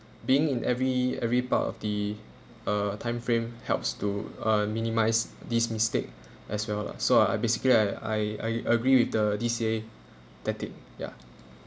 being in every every part of the uh time frame helps to ah minimize this mistake as well lah so I basically I I I agree with the D_C_A tactic ya